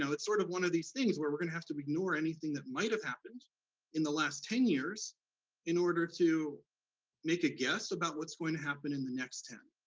and it's sort of one of these things, where we're gonna have to ignore anything that might have happened in the last ten years in order to make a guess about what's going to happen in the next ten.